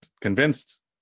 Convinced